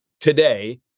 today